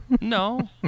no